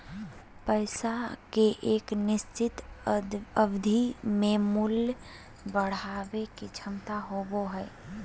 पैसा के एक निश्चित अवधि में मूल्य बढ़य के क्षमता होबो हइ